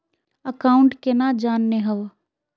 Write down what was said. Account केना जाननेहव?